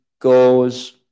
goes